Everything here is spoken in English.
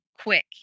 quick